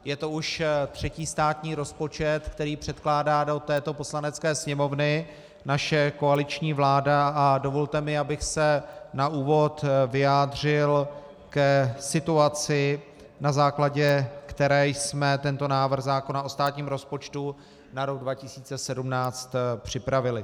Je to už třetí státní rozpočet, který předkládá do této Poslanecké sněmovny naše koaliční vláda, a dovolte mi, abych se na úvod vyjádřil k situaci, na základě které jsme tento návrh zákona o státním rozpočtu na rok 2017 připravili.